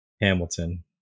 Hamilton